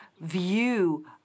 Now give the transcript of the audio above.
view